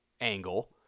angle